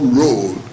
role